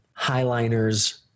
highliners